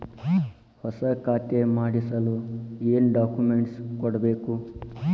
ಹೊಸ ಖಾತೆ ಮಾಡಿಸಲು ಏನು ಡಾಕುಮೆಂಟ್ಸ್ ಕೊಡಬೇಕು?